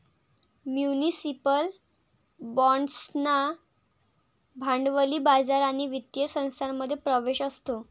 municipal बाँड्सना भांडवली बाजार आणि वित्तीय संस्थांमध्ये प्रवेश असतो